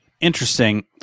interesting